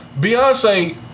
Beyonce